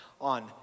on